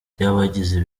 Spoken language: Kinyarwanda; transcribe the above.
ry’abagize